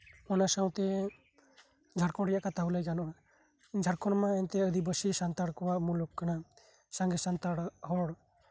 ᱚᱱᱟ ᱥᱟᱶᱛᱮ ᱡᱷᱟᱲᱠᱷᱚᱱᱰ ᱨᱮᱱᱟᱜ ᱠᱟᱛᱷᱟ ᱞᱟᱹᱭ ᱜᱟᱱᱚᱜᱼᱟ ᱡᱷᱟᱲᱠᱷᱚᱱᱰ ᱢᱟᱱᱮ ᱟᱹᱫᱤᱵᱟᱹᱥᱤ ᱥᱟᱱᱛᱟᱲ ᱠᱚᱣᱟᱜ ᱢᱩᱞᱩᱠ ᱠᱟᱱᱟ ᱥᱟᱸᱜᱮ ᱥᱟᱱᱛᱟᱲ ᱦᱚᱲ